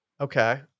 Okay